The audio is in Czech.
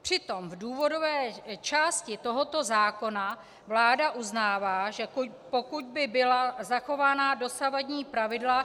Přitom v důvodové části tohoto zákona vláda uznává, že pokud by byla zachována dosavadní pravidla